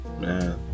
Man